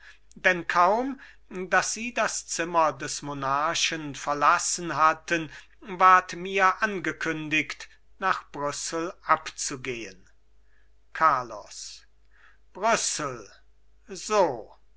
denn kaum daß sie das zimmer des monarchen verlassen hatten ward mir angekündigt nach brüssel abzugehen carlos brüssel so